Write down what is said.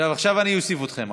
עכשיו אני אוסיף אתכם.